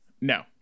No